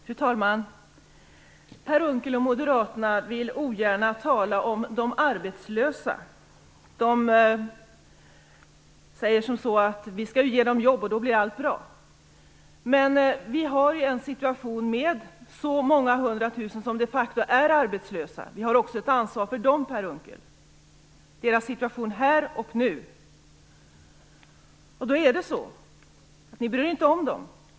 Fru talman! Per Unckel och moderaterna vill ogärna tala om de arbetslösa. Vi skall ge dem jobb, och då blir allt bra, säger de. Men vi har de facto flera hundra tusen arbetslösa, och vi har också ett ansvar för dem och deras situation här och nu. Men ni moderater bryr er inte om dem.